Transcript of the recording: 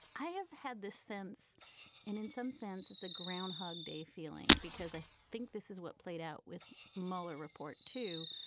i have had this sense and in some sense it's a groundhog day feeling, because i think this is what played out with mueller report, too,